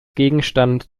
gegenstand